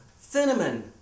cinnamon